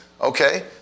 Okay